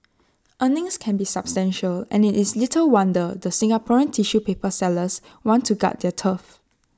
earnings can be substantial and IT is little wonder the Singaporean tissue paper sellers want to guard their turf